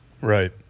right